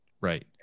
right